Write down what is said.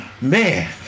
Man